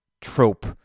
trope